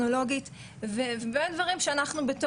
אין מקום שאפשר להסתתר ולברוח אליו.